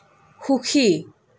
সুখী